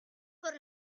por